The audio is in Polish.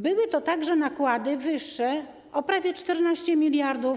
Były to także nakłady wyższe o prawie 14 mld zł